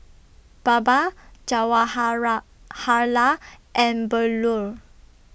Baba Jawaharlal and Bellur